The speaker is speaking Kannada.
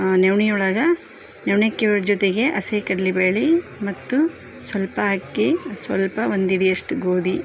ನೆವಣಿ ಒಳಗಾ ನೆವ್ಣಕ್ಕಿ ಒಳಗೆ ಜೊತೆಗೆ ಹಸಿ ಕಡಲೇಬೇಳೆ ಮತ್ತು ಸ್ವಲ್ಪ ಅಕ್ಕಿ ಸ್ವಲ್ಪ ಒಂದು ಹಿಡಿಯಷ್ಟು ಗೋದಿ